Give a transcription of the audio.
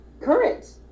current